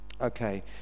Okay